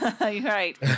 Right